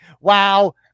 Wow